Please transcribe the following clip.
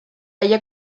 haya